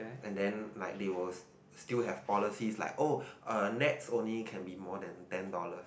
and then like they will s~ still have policies like oh uh Nets only can be more than ten dollars